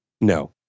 no